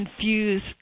confuse